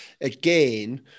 again